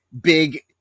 big